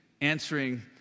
answering